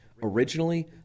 Originally